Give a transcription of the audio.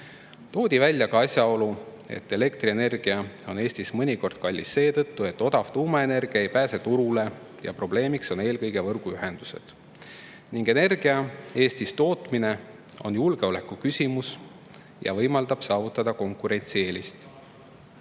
Toodi välja ka asjaolu, et elektrienergia on Eestis mõnikord kallis seetõttu, et odav tuumaenergia ei pääse turule. Probleemiks on eelkõige võrguühendused ning energia tootmine Eestis on julgeolekuküsimus ja võimaldab saavutada konkurentsieelist.